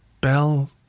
bell